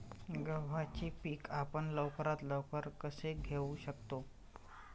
गव्हाचे पीक आपण लवकरात लवकर कसे घेऊ शकतो?